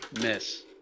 Miss